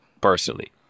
personally